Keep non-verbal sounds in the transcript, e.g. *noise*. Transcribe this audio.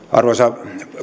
*unintelligible* arvoisa